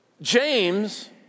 James